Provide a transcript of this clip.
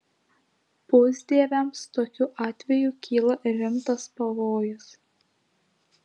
pusdieviams tokiu atveju kyla rimtas pavojus